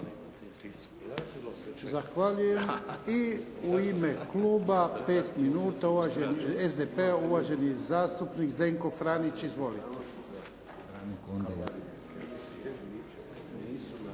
Zahvaljujem. I u ime kluba SDP-a, pet minuta, uvaženi zastupnik Zdenko Franić. Izvolite.